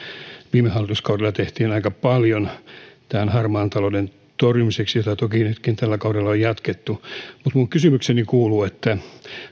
viime hallituskaudella tehtiin aika paljon harmaan talouden torjumiseksi mitä toki nyt tälläkin kaudella on jatkettu mutta minun kysymykseni kuuluu